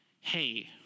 hey